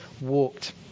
walked